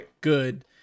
good